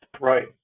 Right